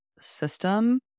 system